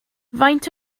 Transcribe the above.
faint